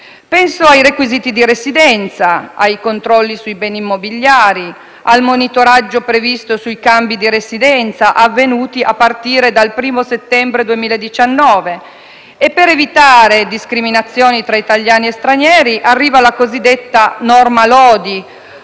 Penso ai requisiti di residenza, ai controlli sui beni immobiliari, al monitoraggio previsto sui cambi di residenza avvenuti a partire dal 1° settembre 2019 e, per evitare discriminazioni tra italiani e stranieri, arriva la cosiddetta norma Lodi